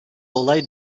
olay